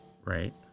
Right